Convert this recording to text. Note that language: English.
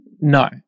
no